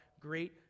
great